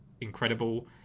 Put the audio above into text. incredible